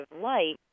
light